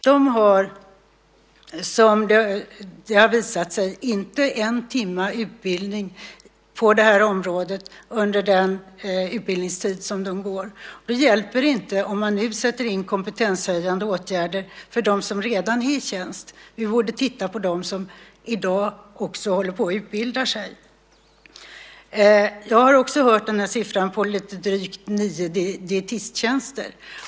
Det har visat sig att de inte har en timme utbildning på det här området under sin utbildningstid. Då hjälper det inte om man nu sätter in kompetenshöjande åtgärder för dem som redan är i tjänst. Vi borde titta på dem som utbildar sig i dag. Jag har också hört den här siffran på lite drygt nio dietisttjänster.